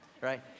right